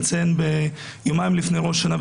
מציין את זה יומיים לפני ראש השנה,